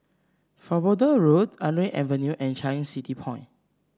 Farnborough Road Artillery Avenue and Changi City Point